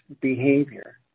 behavior